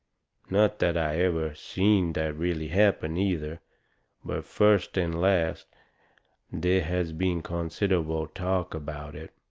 not that i ever seen that really happen, either but first and last there has been considerable talk about it.